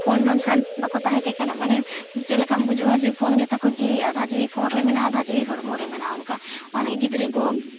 foam ᱵᱟᱝᱠᱷᱟᱱ ᱵᱟᱠᱚᱛᱟᱦᱮᱸ ᱠᱮ ᱠᱟᱱᱟ ᱢᱟᱱᱮ ᱪᱮᱫ ᱞᱮᱠᱟᱢ ᱵᱩᱡᱷᱟᱹᱣᱟ ᱡᱮ ᱯᱷᱳᱱ ᱜᱮ ᱛᱟᱠᱚ ᱡᱤᱣᱤ ᱟᱫᱷᱟ ᱡᱤᱣᱤ ᱯᱷᱳᱱ ᱨᱮ ᱢᱮᱱᱟᱜᱼᱟ ᱟᱫᱷᱟ ᱡᱤᱣᱤ ᱦᱚᱲᱢᱚ ᱨᱮ ᱢᱮᱱᱟᱜᱼᱟ ᱚᱱᱠᱟ ᱚᱱᱟ ᱞᱟᱹᱜᱤᱫ ᱜᱤᱫᱽᱨᱟᱹ ᱠᱚ